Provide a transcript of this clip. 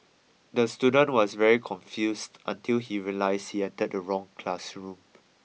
the student was very confused until he realised he entered the wrong classroom